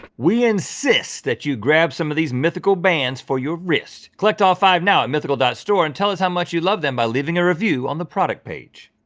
we insist that you grab some of these mythical bands for your wrists. collect all five now at mythical store and tell us how much you love them by leaving a review on the product page.